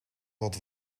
wat